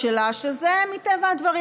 שזה מטבע הדברים,